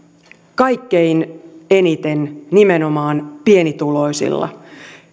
kaikkein eniten nimenomaan pienituloisilla